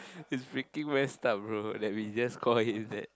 is freaking messed up bro that we just call him that